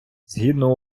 згідно